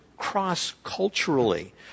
Cross-culturally